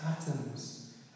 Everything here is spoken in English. atoms